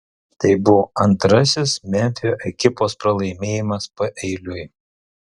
tai buvo antrasis memfio ekipos pralaimėjimas paeiliui